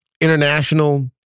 international